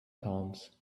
palms